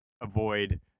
avoid